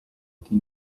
the